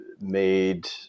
made